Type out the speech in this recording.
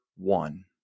one